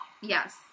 yes